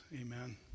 Amen